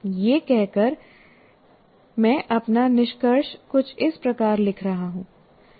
यह कहकर मैं अपना निष्कर्ष कुछ इस प्रकार लिख रहा हूँ